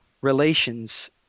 Relations